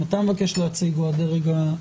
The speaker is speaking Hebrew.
אם אתה מבקש להציג או הדרג המקצועי.